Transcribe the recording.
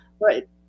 Right